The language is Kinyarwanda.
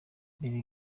mbere